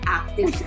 active